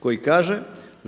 koji kaže